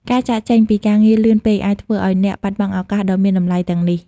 ការចាកចេញ ពីការងារលឿនពេកអាចធ្វើឲ្យអ្នក បាត់បង់ឱកាស ដ៏មានតម្លៃទាំងនេះ។